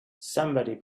somebody